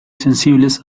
sensibles